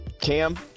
Cam